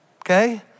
okay